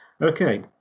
Okay